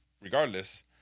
regardless